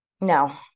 No